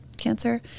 Cancer